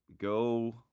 go